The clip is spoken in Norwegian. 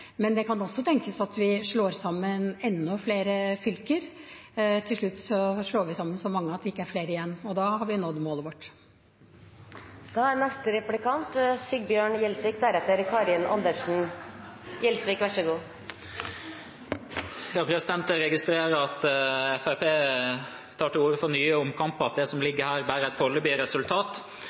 Men det kan også tenkes at vi slår sammen enda flere fylker – til slutt slår vi sammen så mange at det ikke er flere igjen. Og da har vi nådd målet vårt! Jeg registrerer at Fremskrittspartiet tar til orde for nye omkamper, og at det som ligger her, bare er et foreløpig resultat.